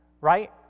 right